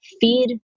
feed